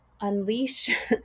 unleash